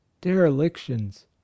derelictions